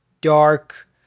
dark